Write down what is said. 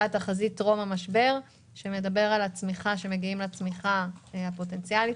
התחזית טרום המשבר הייתה שמגיעים לצמיחה הפוטנציאלית